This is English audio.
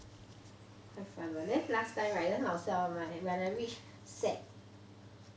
quite fun one then last time right 很好笑 [one] when I reach sec four ah ya my P_E teacher is like as long as you pass your NAPFA hor you are done with P_E